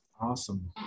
Awesome